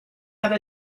have